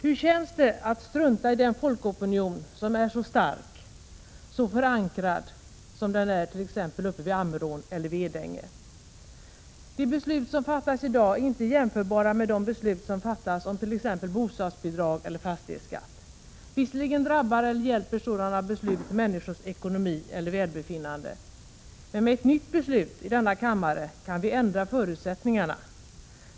Hur känns det att strunta i den folkopinion som är så stark, så förankrad som den ärt.ex. uppe vid Ammerån eller Edänge. De beslut som fattas i dag är inte jämförbara med de beslut som fattas om t.ex. bostadsbidrag eller fastighetsskatt. Visserligen drabbar eller hjälper sådana beslut människors ekonomi eller välbefinnande. Men med ett nytt beslut i denna kammare kan vi ändra förutsättningarna.